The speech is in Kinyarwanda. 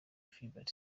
philippe